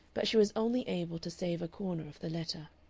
but she was only able to save a corner of the letter.